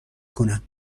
کنم